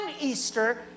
Easter